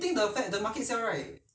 巴刹